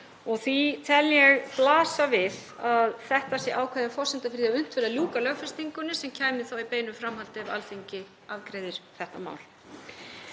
og því tel ég blasa við að þetta sé ákveðin forsenda fyrir því að unnt verði að ljúka lögfestingunni sem kæmi þá í beinu framhaldi ef Alþingi afgreiðir þetta mál.